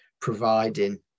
providing